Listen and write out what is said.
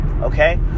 Okay